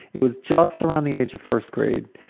it was just around the age of first grade,